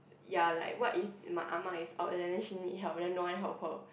ya like what if my Ah-Ma is old and then she need help and then no one help her